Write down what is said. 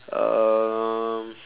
um